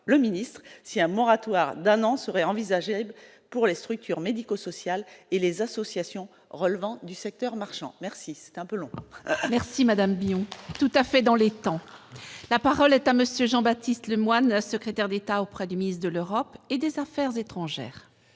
le ministre si un moratoire d'un an seraient envisageable pour les structures médico-social et les associations relevant du secteur marchand, merci, c'est un peu long, merci. Si Madame Bignon tout à fait dans les temps, la parole est à monsieur Jean-Baptiste Lemoyne, secrétaire d'État auprès du ministre de l'Europe et des Affaires étrangères.